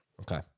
Okay